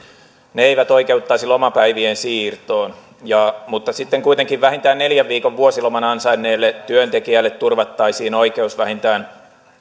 ne eivät oikeuttaisi lomapäivien siirtoon mutta sitten kuitenkin vähintään neljän viikon vuosiloman ansainneelle työntekijälle turvattaisiin oikeus vähintään